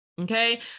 Okay